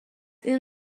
این